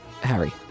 Harry